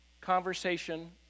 conversation